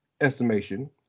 estimation